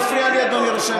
הוא מפריע לי, אדוני היושב-ראש.